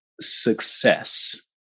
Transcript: success